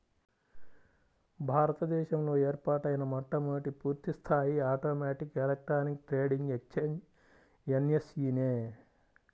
భారత దేశంలో ఏర్పాటైన మొట్టమొదటి పూర్తిస్థాయి automatic electronic trading exchange NSE నే